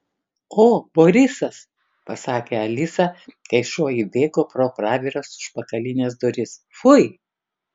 o borisas pasakė alisa kai šuo įbėgo pro praviras užpakalines duris fui